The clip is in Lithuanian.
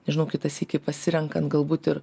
žinau kitą sykį pasirenkant galbūt ir